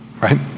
right